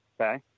okay